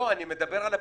לא, אני מדבר על הפיקדון.